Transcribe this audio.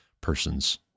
persons